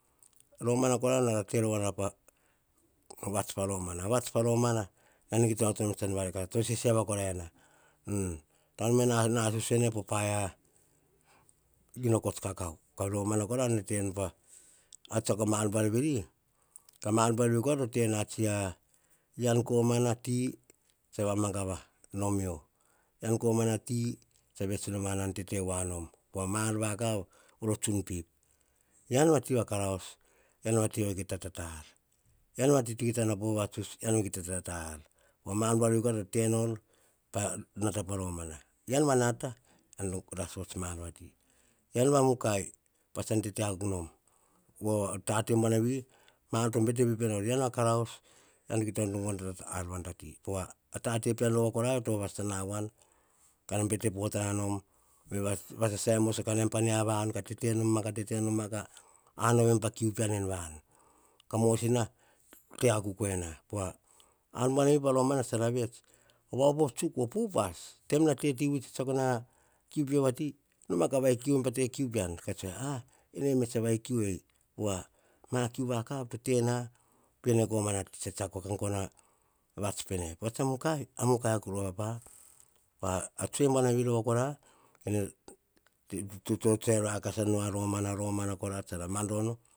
Romana kona nara te rova nora pa vats, pa romana, vats pa romana nan kita onoto nom tsa varekasa pa romana. To seseava kora nena tauniva nasus ene po paia kots kakao. Ka romana kora nene tenu pa, tsiako a ma ar buar veri. Ka ma ar buar to tena tsi a ean komana a ti, tsa vets nom panan tete voa nom. Pova ma ar vakav voro tsu pip. Ean va ti va karaus, ean vakita tata ar, ean a ti to kita nao po vavatuts, ean tsa kita ta, ta ar. Pova ma ar buar veri to tenor pa nata pa romana. Ean va nata, ean tsa ras vots ma ar vati, ean va mukai a tsan tete akuk nom. Pova tete buanavi, ma ar to bete pip enor. Eam va karaus ean to kita gono nom ta ar vati. Pova tate rova pean to vava sata na voan. Kon bete potana nom, vasasai moso, ka naim pa mia vanu, ka tete noma ka anoven pa kiu pean en vanu. Ka mosina te akuk ena, pova, ar buanavi po romana tsara kes vets, va opop tsuk vo pe upas, ti vati vui tsetsako na kiu pio, noma ka vai kiu em pa te kiu pean. A eneme tsa vai kiu ei, pova ma kiu vakav to tena pene komana ati tsiako ka gono a vats pene, potsa mukai a mukai akuk rova pa. A tsoe buanavi rova kora, nene tsotsoe rakasa nu romana romana tsara madono.